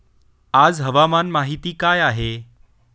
आज हवामान माहिती काय आहे?